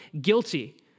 guilty